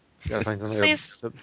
Please